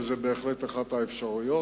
וזה בהחלט אחת האפשרויות.